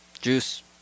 Juice